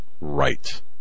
right